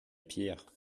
pire